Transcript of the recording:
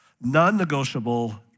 non-negotiable